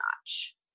notch